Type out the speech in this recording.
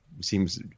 seems